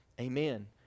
Amen